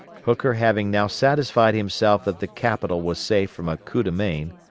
hooker having now satisfied himself that the capital was safe from a coup-de-main,